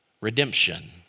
redemption